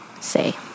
Say